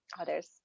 others